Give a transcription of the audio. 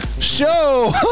Show